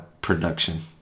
production